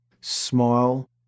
Smile